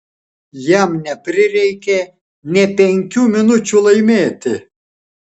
jam neprireikė nė penkių minučių laimėti